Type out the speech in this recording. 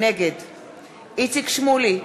נגד איציק שמולי,